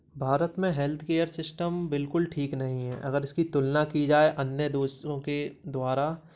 भारत में healthcare system बिलकुल ठीक नहीं है अगर इसकी तुलना की जाए अन्य दूसरों के द्वारा